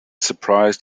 surprised